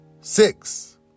six